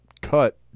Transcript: cut